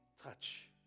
Touch